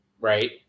right